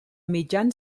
mitjan